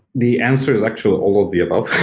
the answer is actually all of the above.